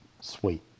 sweet